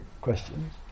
questions